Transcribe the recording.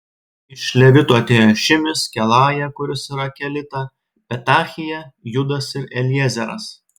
iš levitų atėjo šimis kelaja kuris yra kelita petachija judas ir eliezeras